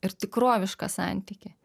ir tikrovišką santykį